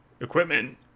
equipment